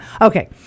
okay